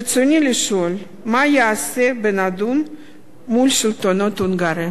רצוני לשאול: מה ייעשה בנדון מול שלטונות הונגריה?